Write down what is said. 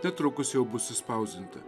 netrukus jau bus išspausdinta